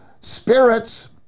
spirits